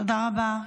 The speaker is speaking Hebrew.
-- תודה, תודה רבה.